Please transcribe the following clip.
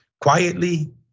quietly